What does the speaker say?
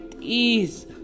ease